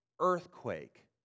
earthquake